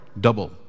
double